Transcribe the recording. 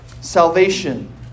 Salvation